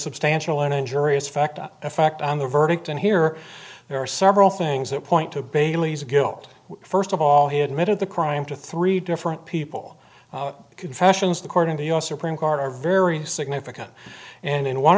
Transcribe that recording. substantial and injurious factor effect on the verdict and here there are several things that point to bailey's guilt first of all he admitted the crime to three different people the confessions the court and the u s supreme court are very significant and in one